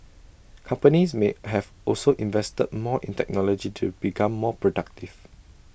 companies may have also invested more in technology to become more productive